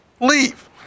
leave